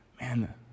man